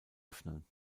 öffnen